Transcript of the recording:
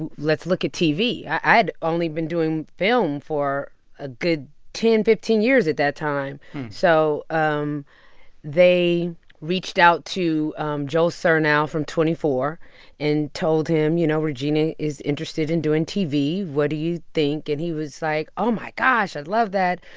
and let's look at tv. i'd only been doing film for a good ten, fifteen years at that time so um they reached out to joel surnow from twenty four and told him, you know, regina is interested in doing tv. what do you think? and he was like, oh, my gosh, i'd love that.